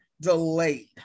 delayed